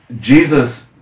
Jesus